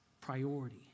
priority